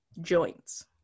joints